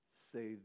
say